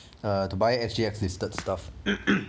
uh to buy S_G_X listed stuff